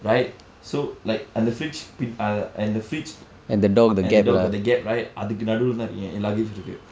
right so like அந்த:antha fridge பின்:pin ah and the fridge and the door got the gap right அதுக்கு நடுவுல தான் என் என்:athukku naduvula thaan en en luggage இருக்கு:irukku